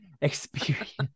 experience